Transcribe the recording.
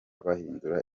bahindura